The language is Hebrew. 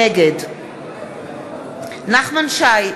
נגד נחמן שי,